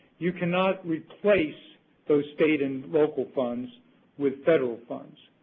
you cannot replace those state and local funds with federal funds.